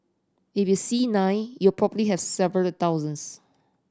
if you see nine you probably have several thousands